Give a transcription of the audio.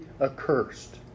accursed